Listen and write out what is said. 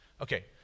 Okay